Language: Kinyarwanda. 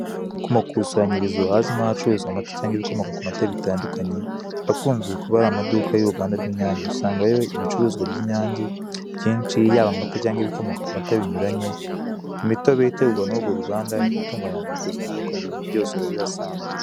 Kumakusanyirizo ahazwi nkacururizwa amata cyangwa ibikomoka k'amata bitandukanye akunze kubari amaduka y'uruganda rw'inyange. Usanga rero ibicuruzwa by'inyange byinshi yaba amata cyangwa ibikomoka k'amata binyuranya imitobe itegurwa nurwo ruganda itunganywa mu imbuto zutandukanye byose urabihasanga.